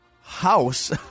house